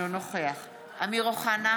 אינו נוכח אמיר אוחנה,